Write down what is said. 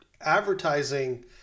advertising